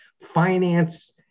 finance